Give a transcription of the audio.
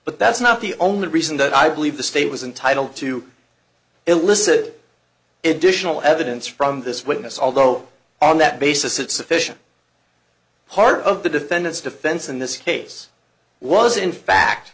but that's not the only reason that i believe the state was entitled to illicit edition all evidence from this witness although on that basis it's sufficient heart of the defendant's defense in this case was in